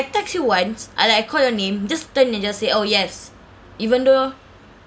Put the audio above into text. text you once and like call your name you just turn and just say oh yes even though